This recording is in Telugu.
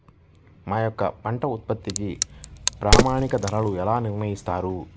మా యొక్క పంట ఉత్పత్తికి ప్రామాణిక ధరలను ఎలా నిర్ణయిస్తారు?